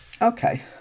Okay